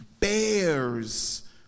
bears